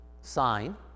sign